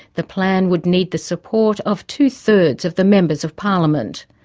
the plan would need the support of two-thirds of the members of parliament.